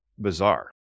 bizarre